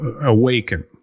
awaken